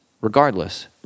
regardless